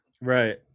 Right